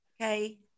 Okay